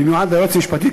במיוחד ליועצת המשפטית,